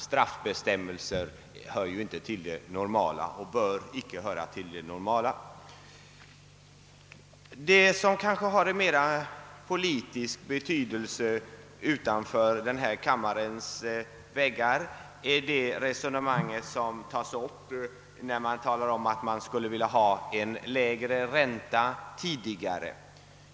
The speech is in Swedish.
Straffbestämmelser hör icke till det normala och bör icke heller göra det. Vad som kanske har större politisk betydelse utanför denna kammares väggar är det resonemang som förs av reservanterna då de talar om att de hade velat ha en lägre ränta tidigare.